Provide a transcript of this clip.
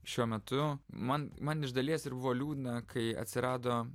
šiuo metu man man iš dalies ir buvo liūdna kai atsirado